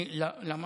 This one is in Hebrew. למה?